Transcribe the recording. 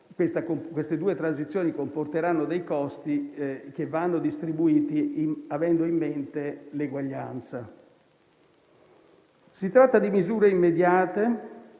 quanto entrambe comporteranno dei costi che vanno distribuiti avendo in mente l'eguaglianza. Si tratta di misure immediate